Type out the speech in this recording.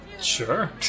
Sure